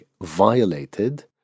violated